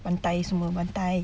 bantai semua bantai